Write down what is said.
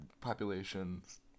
populations